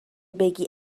بگی